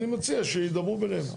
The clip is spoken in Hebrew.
אני מציע שידברו ביניהם.